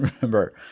remember